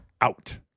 out